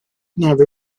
never